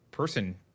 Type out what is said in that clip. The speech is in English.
person